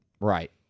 Right